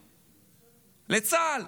בצה"ל.